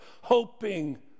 hoping